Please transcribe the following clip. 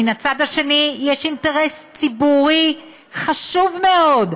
מן הצד השני יש אינטרס ציבורי חשוב מאוד,